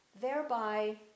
Thereby